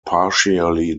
partially